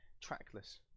trackless